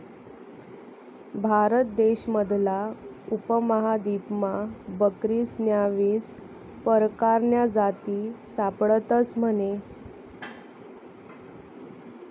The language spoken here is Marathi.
भारत देश मधला उपमहादीपमा बकरीस्न्या वीस परकारन्या जाती सापडतस म्हने